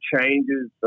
changes